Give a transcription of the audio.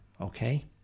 okay